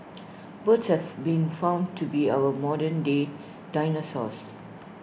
birds have been found to be our modernday dinosaurs